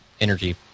energy